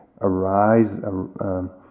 arise